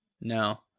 no